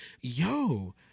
yo